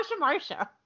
Marsha